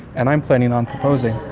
and i'm planning on proposing,